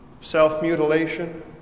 self-mutilation